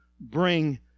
bring